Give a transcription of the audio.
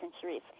centuries